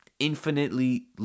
infinitely